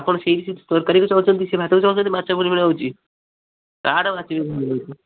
ଆପଣ ସେଇ ସେଇ ତରକାରୀକୁ ଚାହୁଁଛନ୍ତି ସେଇ ଭାତକୁ ଚାହୁଁଛନ୍ତି ତାହାଲେ ମୁଁ ଆସିବିନି